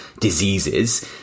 diseases